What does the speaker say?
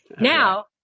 Now